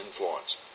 influence